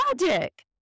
magic